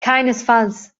keinesfalls